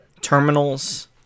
Terminals